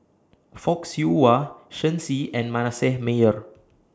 Fock Siew Wah Shen Xi and Manasseh Meyer